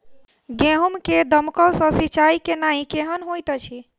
गेंहूँ मे दमकल सँ सिंचाई केनाइ केहन होइत अछि?